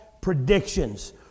predictions